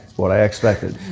what i expected.